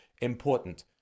important